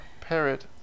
parrot